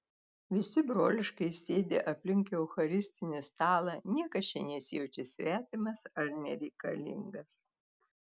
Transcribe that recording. visi broliškai sėdi aplink eucharistinį stalą niekas čia nesijaučia svetimas ar nereikalingas